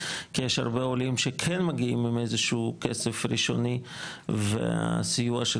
כי יש הרבה עולים שכן מגיעים עם איזשהו כסף ראשוני והסיוע של